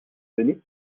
venu